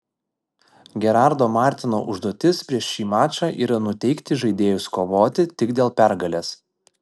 gerardo martino užduotis prieš šį mačą yra nuteikti žaidėjus kovoti tik dėl pergalės